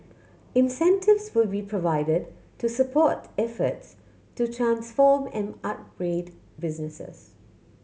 incentives will be provided to support efforts to transform and upgrade businesses